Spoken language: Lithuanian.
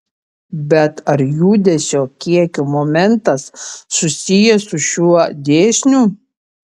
bet ar judesio kiekio momentas susijęs su šiuo dėsniu